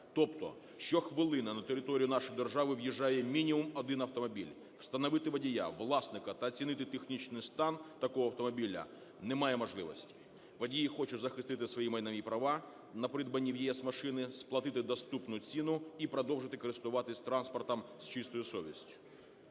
тобто щохвилини на територію нашої держави в'їжджає мінімум один автомобіль. Встановити водія, власника та оцінити технічний стан такого автомобіля немає можливості. Водії хочуть захистити свої майнові права на придбані в ЄС машини, сплатити доступну ціну і продовжити користуватись транспортом з чистою совістю.